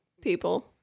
people